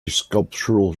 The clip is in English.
sculptural